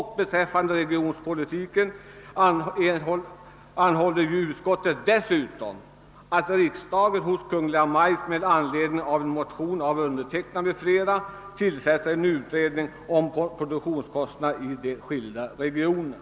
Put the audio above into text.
I fråga om regionpolitiken hemställer utskottet dessutom att riksdagen hos Kungl. Maj:t med anledning av en motion av mig m.fl. anhåller om en utredning angående produktionskostnaderna i skilda regioner.